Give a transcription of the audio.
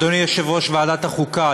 אדוני יושב-ראש ועדת החוקה,